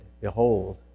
behold